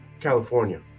california